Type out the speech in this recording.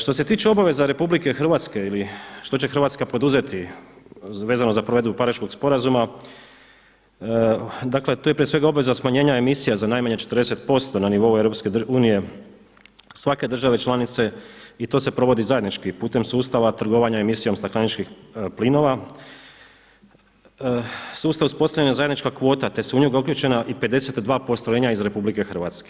Što se tiče obaveza RH ili što će Hrvatska poduzeti vezano za provedbu Pariškog sporazuma, dakle tu je prije svega obaveza smanjenja emisija za najmanje 40% na nivou EU, svake države članice i to se provodi zajednički putem sustava trgovanja emisijom stakleničkih plinova, sustav uspostavljanja zajedničkih kvota, te su u njega uključena i 52 postrojenja iz RH.